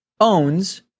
owns